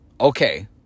Okay